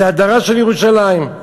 זו האדרה של ירושלים.